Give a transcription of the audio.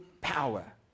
power